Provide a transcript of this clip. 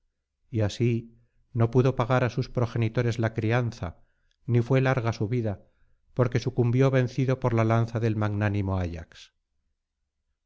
y así no pudo pagar á sus progenitores la crianza ni fué larga su vida porque sucumbió vencido por la lanza del magnánimo ayax